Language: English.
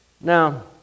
Now